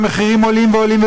והמחירים עולים ועולים,